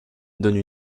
donne